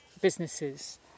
businesses